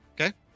Okay